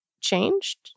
changed